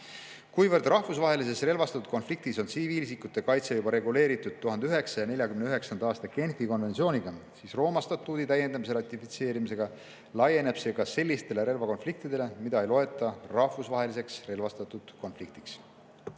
Kuivõrd rahvusvahelise relvastatud konflikti puhul on tsiviilisikute kaitse reguleeritud juba 1949. aasta Genfi konventsiooniga, siis Rooma statuudi täiendamise ratifitseerimisega laieneb [tsiviilisikute kaitse nõue] ka sellistele relvakonfliktidele, mida ei loeta rahvusvaheliseks relvastatud konfliktiks.